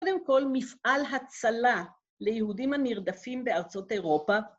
קודם כל מפעל הצלה ליהודים הנרדפים בארצות אירופה,